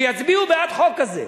שיצביעו בעד חוק כזה.